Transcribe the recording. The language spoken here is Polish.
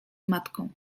matką